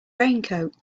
raincoat